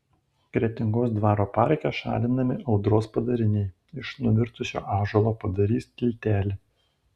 kretingos dvaro parke šalinami audros padariniai iš nuvirtusio ąžuolo padarys tiltelį